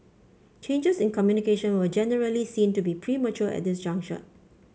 changes in communication were generally seen to be premature at this juncture